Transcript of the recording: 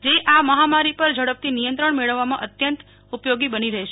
જે આ મહામારી પર ઝડપથી નિયંત્રણ મેળવવામાં અત્યંત ઉપયોગી બની રહેશે